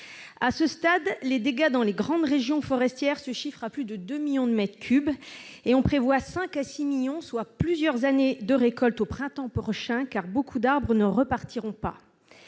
À ce stade, les dégâts dans les grandes régions forestières se chiffrent à plus de 2 millions de mètres cubes. On prévoit 5 à 6 millions- soit plusieurs années de récoltes -au printemps prochain, car beaucoup d'arbres ne repartiront pas.